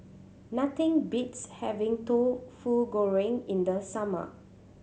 nothing beats having Tauhu Goreng in the summer